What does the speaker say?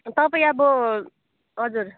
तपाईँ अब हजुर